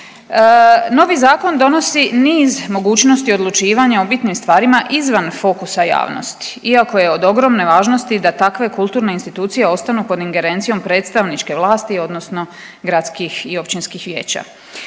Novi zakon donosi niz mogućnosti odlučivanja o bitnim stvarima izvan fokusa javnosti iako je od ogromne važnosti da takve kulturne institucije ostanu pod ingerencijom predstavničke vlasti odnosno gradskih i općinskih vijeća.